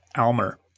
Almer